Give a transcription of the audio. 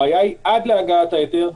הבעיה היא עד להגעת ההיתר.